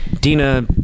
Dina